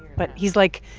but he's like,